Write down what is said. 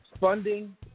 funding